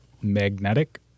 magnetic